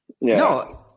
No